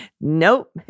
nope